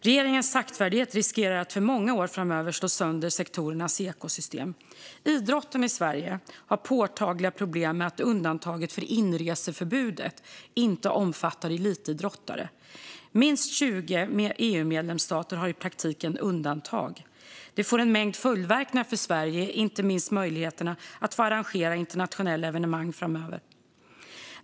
Regeringens saktfärdighet riskerar att för många år framöver slå sönder sektorernas ekosystem. Idrotten i Sverige har påtagliga problem med att undantaget från inreseförbudet inte omfattar elitidrottare. Minst 20 EU-medlemsstater har i praktiken undantag. Det får en mängd följdverkningar för Sverige, inte minst när det gäller möjligheterna att arrangera internationella evenemang framöver.